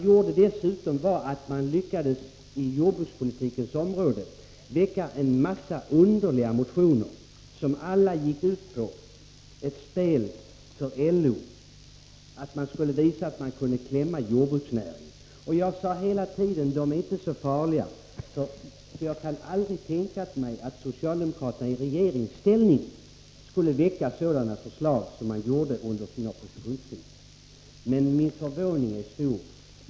De lyckades dessutom på jordbrukspolitikens område väcka en massa underliga motioner, som alla gick ut på ett spel för LO — de ville visa att de kunde klämma åt jordbruksnäringen. Jag sade hela tiden: Det är inte så farligt, för jag kan aldrig tänka mig att socialdemokraterna i regeringsställning lägger fram sådana förslag. Men min förvåning är stor.